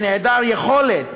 שנעדר יכולת